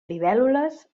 libèl·lules